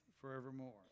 forevermore